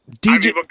DJ